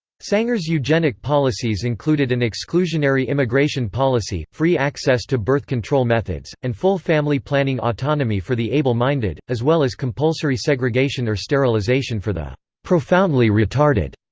sanger's eugenic policies included an exclusionary immigration policy, free access to birth control methods, and full family planning autonomy for the able-minded, as well as compulsory segregation or sterilization for the profoundly retarded.